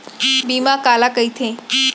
बीमा काला कइथे?